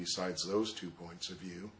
besides those two points of view